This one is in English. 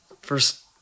first